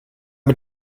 mit